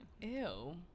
Ew